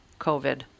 COVID